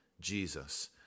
Jesus